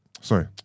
sorry